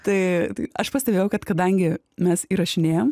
tai aš pastebėjau kad kadangi mes įrašinėjam